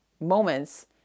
moments